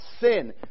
sin